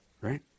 right